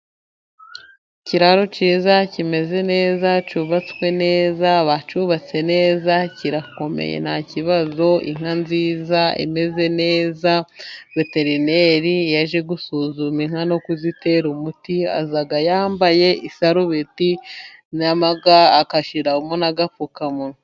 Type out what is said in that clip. Ikiraro cyiza kimeze neza, cyubatswe neza, bacyubatse neza, kirakomeye nta kibazo. Inka nziza imeze neza, veterineri iyo aje gusuzuma inka no kuzitera umuti aza yambaye isarobeti na ga, agashyiramo n'agapfukamunwa.